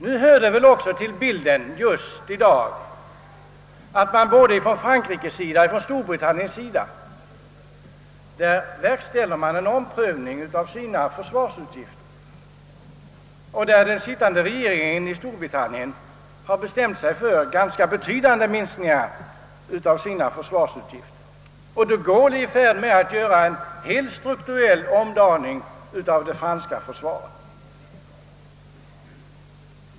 Nu hör det väl också till bilden just i dag, att både Frankrike och Storbritannien verkställer en omprövning av sina försvarsutgifter. Den sittande regeringen i Storbritannien har bestämt sig för ganska betydande minskningar av försvarsutgifterna, och de Gaulle är i färd med att göra en genomgripande strukturell omdaning av det franska försvaret.